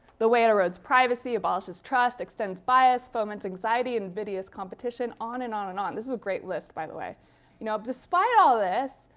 the way it erodes privacy, abolishes trust, extends bias, foments anxiety and invidious competition, on and on and on this is a great list, by the way you know despite all this,